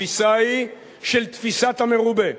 התפיסה היא של תפיסת המרובה.